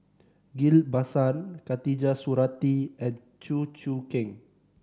Ghillie Basan Khatijah Surattee and Chew Choo Keng